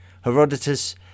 Herodotus